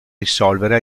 risolvere